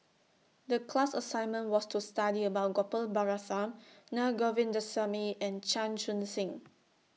The class assignment was to study about Gopal Baratham Na Govindasamy and Chan Chun Sing